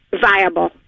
viable